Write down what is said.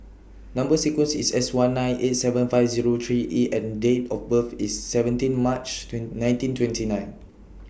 Number sequence IS S one nine eight seven five Zero three E and Date of birth IS seventeen March nineteen twenty nine